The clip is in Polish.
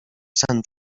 sen